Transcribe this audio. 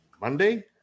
Monday